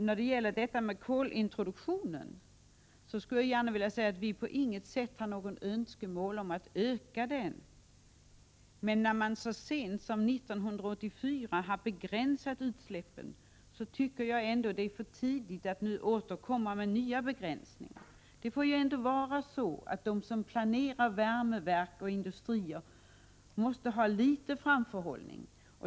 När det gäller frågan om kolintroduktionen vill jag säga att vi inte har något önskemål om att öka användningen av kol. Men eftersom man så sent som 1984 har begränsat utsläppen, tycker jag ändå att det är för tidigt nu att återkomma med krav på ytterligare begränsningar. De som planerar värmeverk och industrier måste väl ändå få ha litet av framförhållning.